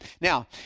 Now